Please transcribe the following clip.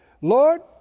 Lord